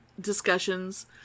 discussions